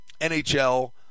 NHL